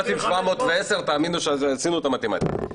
תאמין לי שעשינו את המתמטיקה.